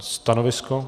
Stanovisko?